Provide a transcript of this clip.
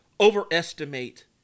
overestimate